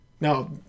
now